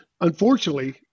unfortunately